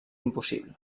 impossible